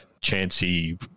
chancy